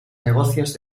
negocios